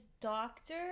doctor